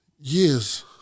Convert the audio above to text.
years